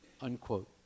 unquote